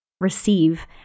receive